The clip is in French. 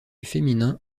féminin